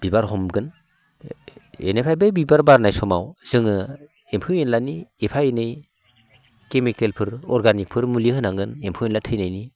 बिबार हमगोन बेनिफ्राय बै बिबार बारनाय समाव जोङो एम्फौ एनलानि एफा एनै केमिकेलफोर अर्गानिकफोर मुलि होनांगोन एम्फौ एनला थैनायनि